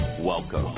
welcome